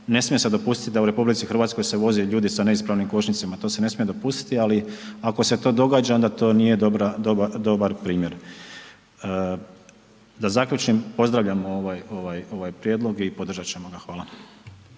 ne smije se dopustiti da u RH se voze ljudi sa neispravnim kočnicama, to se ne smije dopustiti ali ako se to događa onda to nije dobar primjer. Da zaključim, pozdravljam ovaj prijedlog i podržati ćemo ga.